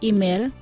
Email